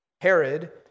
Herod